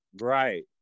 Right